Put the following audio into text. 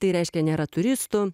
tai reiškia nėra turistų